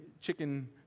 chicken